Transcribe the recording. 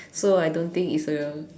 so I don't think it's a